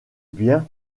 bien